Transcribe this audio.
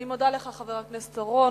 אני מודה לך, חבר הכנסת אורון.